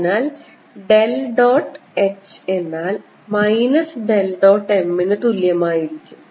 അതിനാൽ del dot h എന്നാൽ minus del dot m നു തുല്യമായിരിക്കും